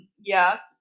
Yes